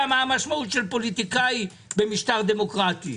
מה המשמעות של פוליטיקאי במשטר דמוקרטיה.